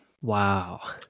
Wow